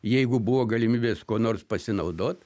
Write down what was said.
jeigu buvo galimybės kuo nors pasinaudot